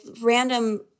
random